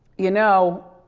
you know,